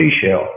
seashell